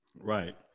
Right